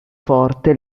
forte